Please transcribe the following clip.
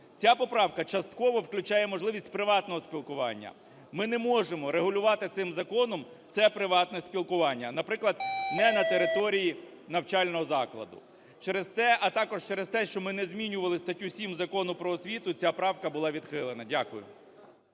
Ця поправка частково включає можливість приватного спілкування. Ми не можемо регулювати цим законом це приватне спілкування, наприклад, не на території навчального закладу. Через те, а також через те, що ми не змінювали статтю 7 Закону "Про освіту", ця правка була відхилена. Дякую.